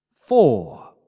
Four